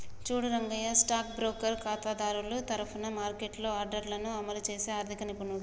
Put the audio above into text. చూడు Rangayya stock broker ఖాతాదారుల తరఫున మార్కెట్లో ఆర్డర్లను అమలు చేసే ఆర్థిక నిపుణుడు